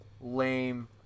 lame